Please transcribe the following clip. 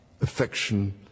affection